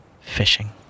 fishing